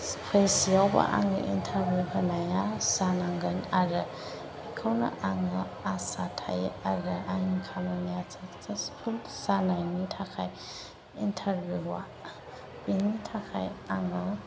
फैसिआवबो आङो इन्टारभिउ होनाया जानांगोन आरो बेखौनो आङो आसा थायो आरो आंनि खावलायनाया साक्सेसफुल जानायनि थाखाय इन्टारभिउखौ बिनि थाखाय आङो